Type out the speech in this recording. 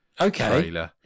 okay